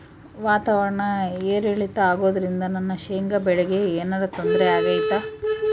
ವಾತಾವರಣ ಏರಿಳಿತ ಅಗೋದ್ರಿಂದ ನನ್ನ ಶೇಂಗಾ ಬೆಳೆಗೆ ಏನರ ತೊಂದ್ರೆ ಆಗ್ತೈತಾ?